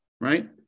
right